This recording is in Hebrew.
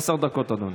עשר דקות, אדוני.